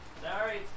Sorry